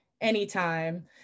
anytime